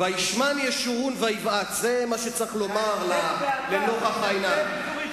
"וישמן ישרון ויבעט" זה מה שצריך לומר לנוכח העניין.